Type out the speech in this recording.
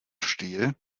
stil